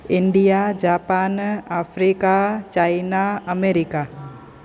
India Japan Africa China America